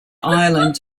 island